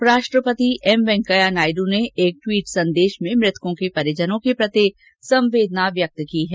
उपराष्ट्रपति एम वेंकैया नायड ने एक टवीट संदेश में मृतकों के परिजनों के प्रति संवेदना व्यक्त की है